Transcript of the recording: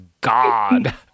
God